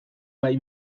bai